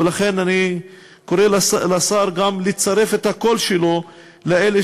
ולכן אני קורא לשר לצרף גם את הקול שלו לאלה